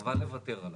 חבל לוותר עליו.